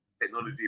technology